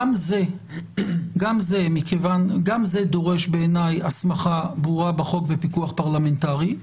גם זה דורש בעיניי הסמכה ברורה בחוק בפיקוח פרלמנטרי.